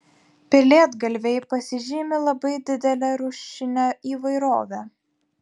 pelėdgalviai pasižymi labai didele rūšine įvairove